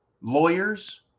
lawyers